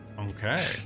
Okay